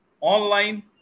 online